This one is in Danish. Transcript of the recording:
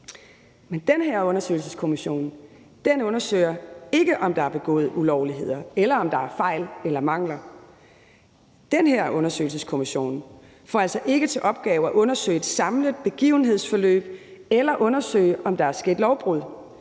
her undersøgelseskommission undersøger ikke, om der er begået ulovligheder, eller om der er fejl eller mangler. Den her undersøgelseskommission får altså ikke til opgave at undersøge et samlet begivenhedsforløb eller undersøge, om der er sket lovbrud.